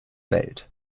welt